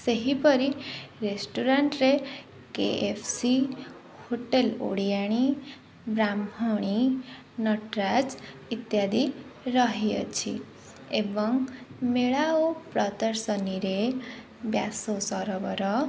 ସେହିପରି ରେଷ୍ଟୁରାଣ୍ଟରେ KFC hotel Odiani Brahmani Nataraj ଇତ୍ୟାଦି ରହିଅଛି ଏବଂ ମେଳା ଓ ପ୍ରଦର୍ଶନୀରେ ବ୍ୟାସ ସରୋବର